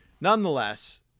Nonetheless